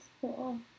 cool